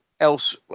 else